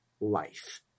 life